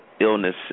illness